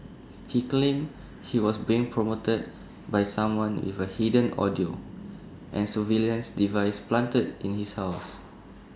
he claimed he was being prompted by someone with A hidden audio and surveillance device planted in his house